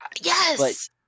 Yes